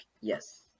Yes